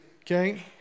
okay